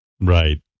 Right